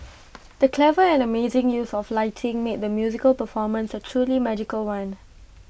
the clever and amazing use of lighting made the musical performance A truly magical one